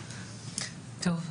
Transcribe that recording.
טוב,